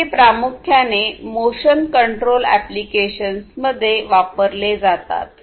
तर हे प्रामुख्याने मोशन कंट्रोल एप्प्लिकेशन्समध्ये वापरले जातात